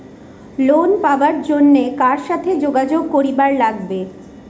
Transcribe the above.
Loan পাবার জন্যে কার সাথে যোগাযোগ করিবার লাগবে?